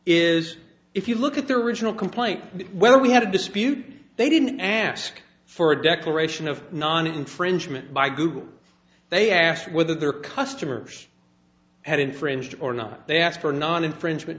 is if you look at their original complaint whether we had a dispute they didn't ask for a declaration of non infringement by google they asked whether their customers had infringed or not they asked for non infringement